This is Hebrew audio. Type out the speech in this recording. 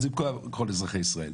אבל זה יפגע בכל אזרחי ישראל.